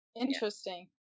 interesting